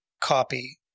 copy